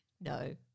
No